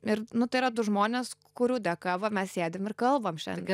ir nu tai yra du žmonės kurių dėka va mes sėdim ir kalbam šiandien